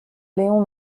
léon